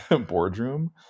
boardroom